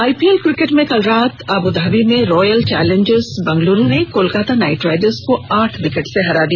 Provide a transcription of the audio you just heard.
IPL cricket में कल रात अबुधाबी में रॉयल चौलेंजर्स बंगलौर ने कोलकाता नाइट राइडर्स को आठ विकेट से हरा दिया